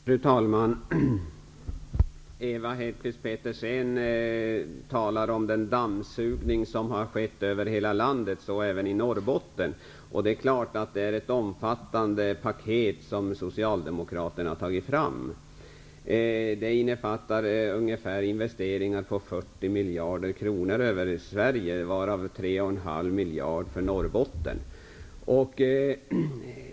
Fru talman! Ewa Hedkvist Petersen talade om den dammsugning som skett över hela landet, så även i Norrbotten. Det är naturligtvis ett omfattande paket som socialdemokraterna har tagit fram. Det innefattar investeringar på ungefär 40 miljarder kronor över Sverige, varav tre och en halv miljard för Norrbotten.